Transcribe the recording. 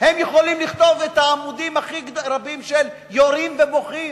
הם יכולים לכתוב את העמודים הכי רבים של "יורים ובוכים".